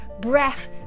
breath